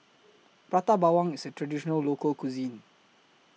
Prata Bawang IS A Traditional Local Cuisine